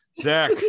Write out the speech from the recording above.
Zach